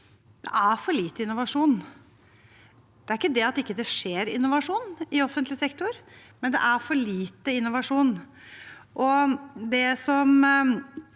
Det er for lite innovasjon. Det er ikke det at det ikke skjer innovasjon i offentlig sektor, men det er for lite innovasjon.